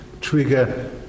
trigger